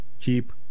keep